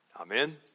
Amen